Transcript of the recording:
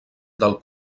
del